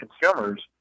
consumers